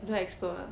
you want explode ah